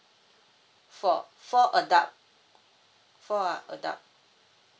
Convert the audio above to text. four four adult four adult